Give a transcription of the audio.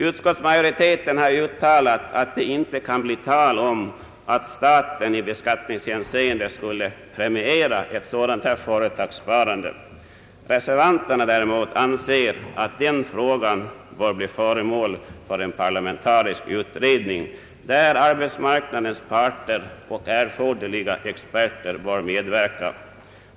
Utskottsmajoriteten har uttalat att det inte kan bli tal om att staten i beskattningshänseende skulle premiera ett sådant företagssparande. Reservanterna däremot anser, att den frågan bör bli föremål för en parlamentarisk utredning, där arbetsmarknadens parter och erforderliga experter får medverka.